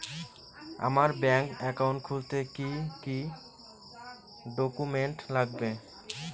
আমার bank account খুলতে কি কি ডকুমেন্ট লাগবে?